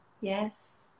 Yes